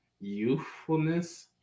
youthfulness